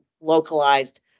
localized